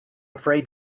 afraid